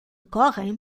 correm